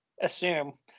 assume